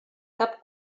cap